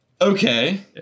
Okay